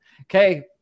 Okay